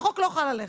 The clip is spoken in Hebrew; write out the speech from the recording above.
החוק לא חל עליך,